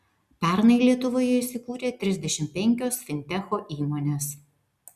pernai lietuvoje įsikūrė trisdešimt penkios fintecho įmonės